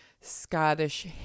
Scottish